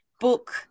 book